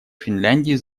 финляндии